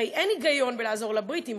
הרי אין היגיון בלעזור לבריטים,